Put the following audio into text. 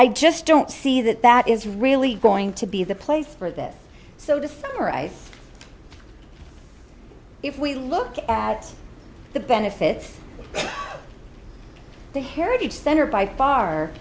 i just don't see that that is really going to be the place for that so to summarize if we look at the benefits the heritage center by far